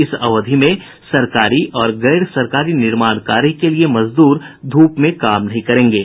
इस अवधि में सरकारी और गैर सरकारी निर्माण कार्य के लिए मजदूर धूप में काम नहीं करेंगे